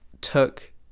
took